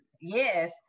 Yes